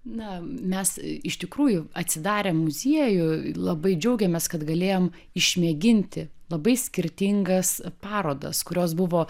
na mes iš tikrųjų atsidarę muziejų labai džiaugėmės kad galėjom išmėginti labai skirtingas parodas kurios buvo